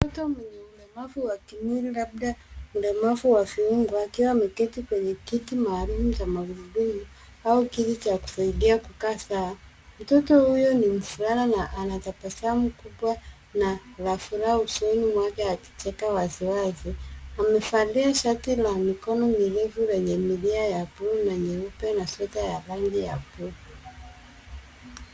Mtoto mwenye ulemavu wa kimwili labda ulemavu wa viungo akiwa ameketi kwenye kiti maalum cha magurudumu au kiti cha kusaidia kukaa sawa .Mtoto huyu ni mvulana na anatabasamu kubwa na la furaha usoni mwake akicheka waziwazi. Amevalia shati la mikono mirefu lenye milia ya buluu na nyeupe na sweta ya rangi ya buluu.